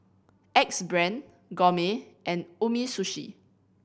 Axe Brand Gourmet and Umisushi